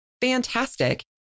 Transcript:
fantastic